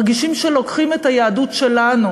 מרגישים שלוקחים את היהדות שלנו,